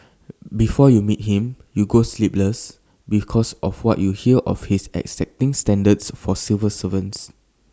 before you meet him you go sleepless because of what you hear of his exacting standards for civil servants